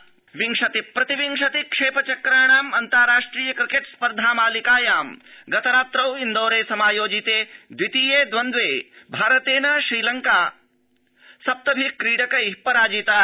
cricket विंशति प्रतिविंशति क्षेप चक्राणाम् अन्ताराष्ट्रिय क्रिकेट स्पर्धा मालिकायां गतरात्रौ इन्दौरे समायोजिते द्रितीये द्वन्द्रे भारतेन श्रीलंका सप्तभि क्रीडकै पराजिता